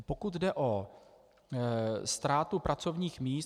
Pokud jde o ztrátu pracovních míst.